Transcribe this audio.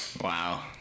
wow